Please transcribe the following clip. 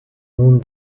nun